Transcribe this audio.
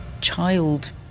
child